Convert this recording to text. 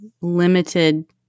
limited